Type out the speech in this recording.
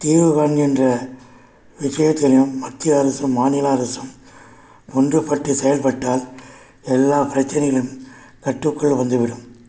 தீவிரவாதம் என்ற விஷயத்தையும் மத்திய அரசு மாநில அரசும் ஒன்றுப்பட்டு செயல்பட்டால் எல்லா பிரச்சினைகளும் கட்டுக்குள் வந்துவிடும்